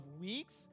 weeks